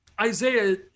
Isaiah